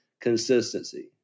consistency